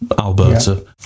Alberta